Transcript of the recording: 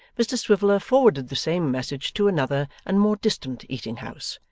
mr swiveller forwarded the same message to another and more distant eating-house,